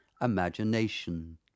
imagination